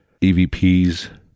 EVPs